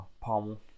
pommel